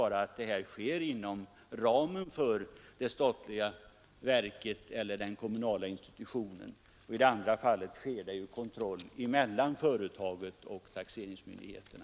I det ena fallet sker kontrollen inom det statliga verket eller den kommunala institutionen. I det andra fallet sker kontrollen av taxeringsmyndigheterna.